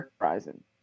Horizon